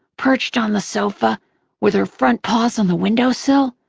perched on the sofa with her front paws on the windowsill,